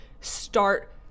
start